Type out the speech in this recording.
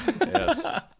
Yes